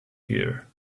here